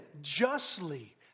justly